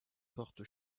portent